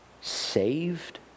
saved